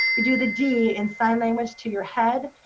you do the d in sign language to your head,